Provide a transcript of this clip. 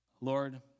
Lord